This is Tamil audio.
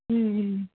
ம்ம்ம்